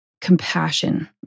compassion